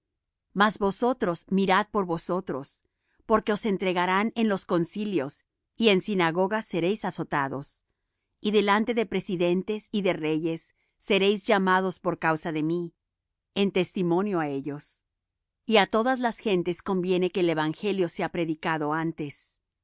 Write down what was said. mas vosotros mirad por vosotros porque os entregarán en los concilios y en sinagogas seréis azotados y delante de presidentes y de reyes seréis llamados por causa de mí en testimonio á ellos y á todas las gentes conviene que el evangelio sea predicado antes